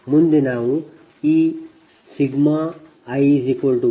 ಮುಂದೆ ನಾವು ಈ i12dPgi dλ0